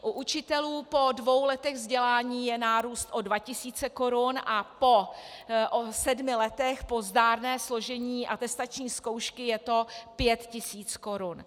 U učitelů po dvou letech vzdělání je nárůst o dva tisíce korun a po sedmi letech, po zdárném složení atestační zkoušky, je to pět tisíc korun.